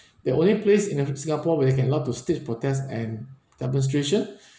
the only place in uh in singapore where you can allow to stage protests and demonstrations